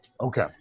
Okay